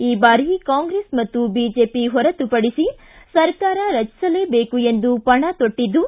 ಈ ಬಾರಿ ಕಾಂಗ್ರೆಸ್ ಮತ್ತು ಬಿಜೆಪಿ ಹೊರತುಪಡಿಸಿ ಸರಕಾರ ರಚಿಸಲೇಬೇಕು ಎಂದು ಪಣ ತೊಟ್ಟದ್ದು